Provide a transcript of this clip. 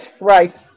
right